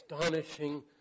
astonishing